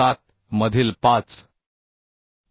5 मध्ये कोडमध्ये दिली आहे